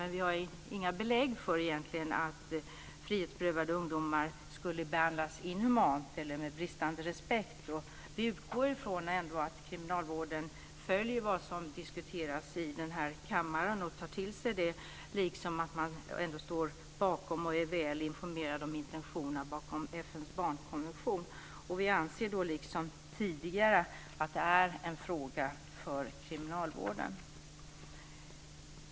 Men vi har inga belägg för att frihetsberövade ungdomar skulle behandlas inhumant eller med bristande respekt. Vi utgår från att kriminalvården följer vad som diskuteras i kammaren och tar till sig det och är väl informerade om intentionerna i FN:s barnkonvention. Vi anser, liksom tidigare, att det är en fråga för kriminalvården.